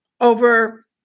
over